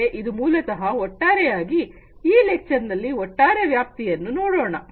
ಮತ್ತೆ ಇದು ಮೂಲತಹ ಒಟ್ಟಾರೆಯಾಗಿ ಈ ಉಪನ್ಯಾಸದಲ್ಲಿ ಒಟ್ಟಾರೆ ವ್ಯಾಪ್ತಿಯನ್ನು ನೋಡೋಣ